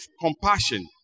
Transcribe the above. compassion